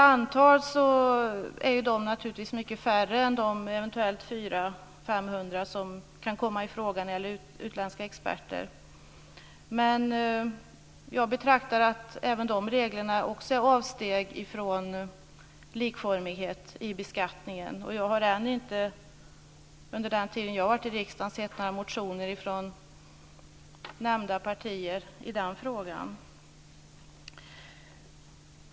De är naturligtvis mycket färre än de 400 500 som kan komma i fråga när det gäller utländska experter, men jag betraktar även de reglerna som avsteg från likformighet i beskattningen. Jag har ännu inte under den tid som jag har varit i riksdagen sett några motioner från nämnda partier i den frågan.